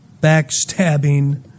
backstabbing